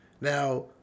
Now